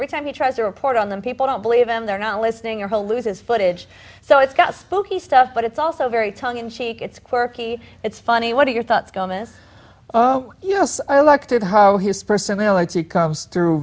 every time he tries to report on them people don't believe him they're not listening or to lose his footage so it's got spooky stuff but it's also very tongue in cheek it's quirky it's funny what are your thoughts goma's oh yes i like to how his personality comes through